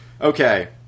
Okay